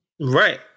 Right